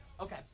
Okay